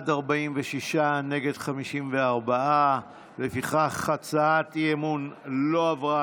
46, נגד, 54. לפיכך הצבעת האי-אמון לא עברה.